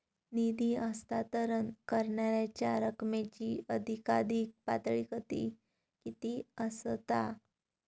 निधी हस्तांतरण करण्यांच्या रकमेची अधिकाधिक पातळी किती असात?